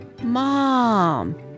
Mom